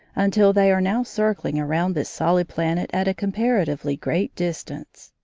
until they are now circling around this solid planet at a comparatively great distance.